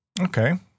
Okay